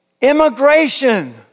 immigration